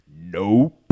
Nope